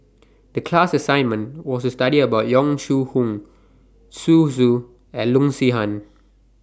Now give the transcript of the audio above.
The class assignment was study about Yong Shu Hoong Zhu Xu and Loo Zihan